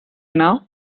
now